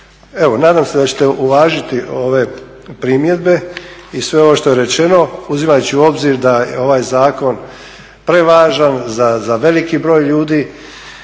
Evo nadam se da ćete uvažiti ove primjedbe i sve ovo što je rečeno, uzimajući u obzir da je ovaj zakon prevažan za veliki broj ljudi